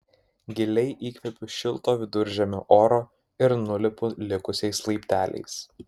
giliai įkvepiu šilto viduržemio oro ir nulipu likusiais laipteliais